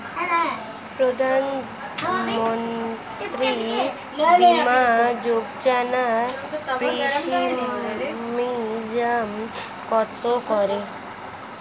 প্রধানমন্ত্রী বিমা যোজনা প্রিমিয়াম কত করে?